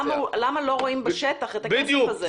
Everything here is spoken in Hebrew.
יש כסף למה לא רואים בשטח את הכסף הזה?